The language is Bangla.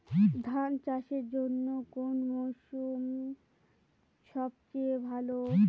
ধান চাষের জন্যে কোন মরশুম সবচেয়ে ভালো?